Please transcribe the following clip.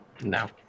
No